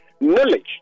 knowledge